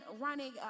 running